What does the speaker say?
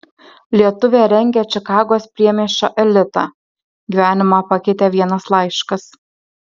lietuvė rengia čikagos priemiesčio elitą gyvenimą pakeitė vienas laiškas